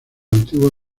antigua